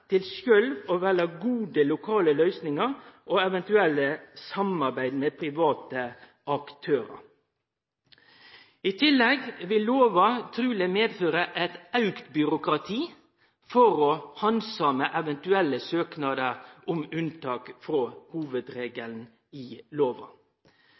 til sjølv å velje gode lokale løysingar og eventuelle samarbeid med private aktørar. I tillegg vil loven truleg medføre eit auka byråkrati for å handsame eventuelle søknader om unntak frå